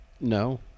No